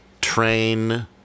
train